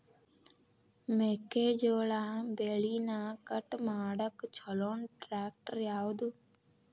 ಮೆಕ್ಕೆ ಜೋಳ ಬೆಳಿನ ಕಟ್ ಮಾಡಾಕ್ ಛಲೋ ಟ್ರ್ಯಾಕ್ಟರ್ ಯಾವ್ದು?